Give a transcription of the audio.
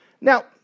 Now